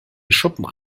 schuppen